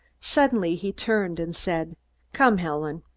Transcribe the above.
suddenly he turned and said come, helen!